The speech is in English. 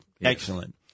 Excellent